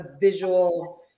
visual